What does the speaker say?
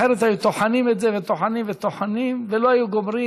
אחרת היו טוחנים את זה וטוחנים וטוחנים ולא היו גומרים.